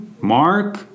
Mark